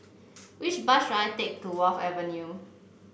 which bus should I take to Wharf Avenue